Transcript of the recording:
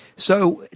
so,